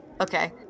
Okay